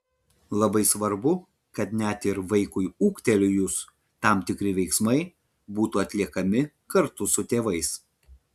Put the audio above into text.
labai svarbu kad net ir vaikui ūgtelėjus tam tikri veiksmai būtų atliekami kartu su tėvais